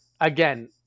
again